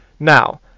now